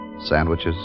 Sandwiches